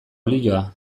olioa